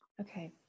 Okay